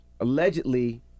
Allegedly